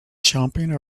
jumping